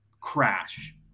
crash